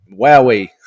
Wowie